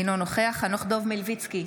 אינו נוכח חנוך דב מלביצקי,